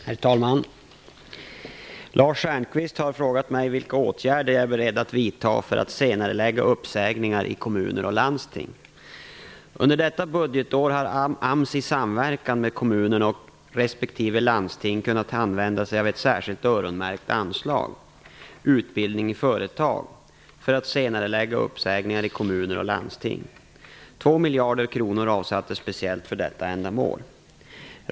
Herr talman! Lars Stjernkvist har frågat mig vilka åtgärder jag är beredd att vidta för att senarelägga uppsägningar i kommuner och landsting. Under detta budgetår har AMS i samverkan med kommunerna och respektive landsting kunnat använda sig av ett särskilt öronmärkt anslag, utbildning i företag, för att senarelägga uppsägningar i kommuner och landsting. 2 miljarder kronor avsattes speciellt för detta ändamål.